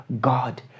God